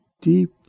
deep